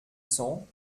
cents